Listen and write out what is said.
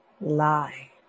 lie